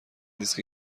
دیسک